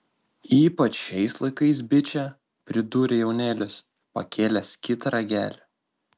ypač šiais laikais biče pridūrė jaunėlis pakėlęs kitą ragelį